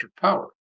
power